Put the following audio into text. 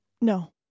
No